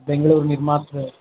बेङ्गलूर् निर्माता